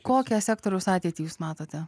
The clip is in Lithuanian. kokią sektoriaus ateitį jūs matote